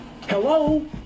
hello